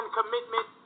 commitment